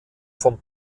vom